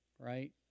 right